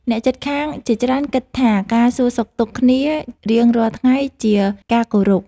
អ្នកជិតខាងជាច្រើនគិតថាការសួរសុខទុក្ខគ្នារៀងរាល់ថ្ងៃជាការគោរព។